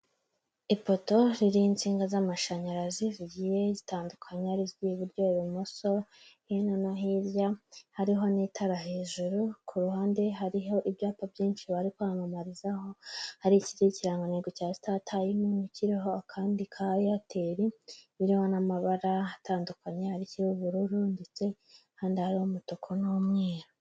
Ipoto ririho insinga z'amashanyarazi zigiye zitandukanye hari iziri buryo ,ibumoso hirya no hirya hariho n'itara hejuru ku ruhande hariho ibyapa byinshi bari kw'amamarizaho ari iki k'ikirangantego cya sitaritayimu ( startime) kiriho akandi ka eyateri( Airtel) biriho n'amabara atandukanye ari ubururu ndetse ahandi hariho umutuku n'umweru.